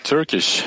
Turkish